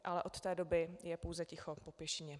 Ale od té doby je pouze ticho po pěšině.